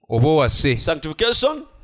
Sanctification